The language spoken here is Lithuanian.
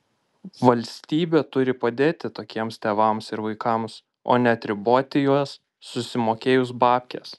valstybė turi padėti tokiems tėvams ir vaikams o ne atriboti juos susimokėjus babkes